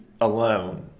alone